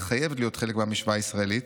חייבת להיות חלק מהמשוואה הישראלית,